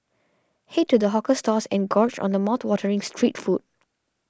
head to the hawker stalls and gorge on mouthwatering street food